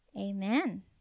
amen